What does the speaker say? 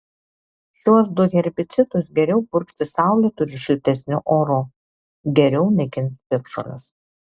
šiuos du herbicidus geriau purkšti saulėtu ir šiltesniu oru geriau naikins piktžoles